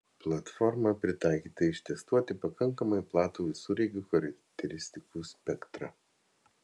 platforma pritaikyta ištestuoti pakankamai platų visureigių charakteristikų spektrą